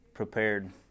Prepared